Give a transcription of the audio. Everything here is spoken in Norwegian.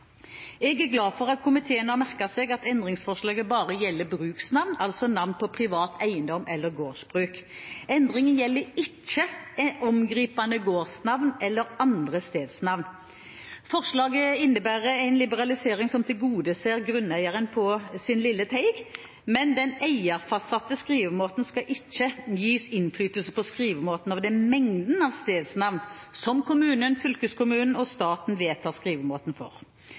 Jeg er glad for at komiteen har merket seg at endringsforslaget bare gjelder bruksnavn, altså navn på privat eiendom eller gårdsbruk. Endringen gjelder ikke omgripende gårdsnavn eller andre stedsnavn. Forslaget innebærer en liberalisering som tilgodeser grunneieren på sin lille teig, men den eierfastsatte skrivemåten skal ikke gis innflytelse på skrivemåten av den mengden av stedsnavn som kommunen, fylkeskommunen og staten vedtar skrivemåten for.